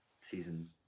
Season